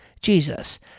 Jesus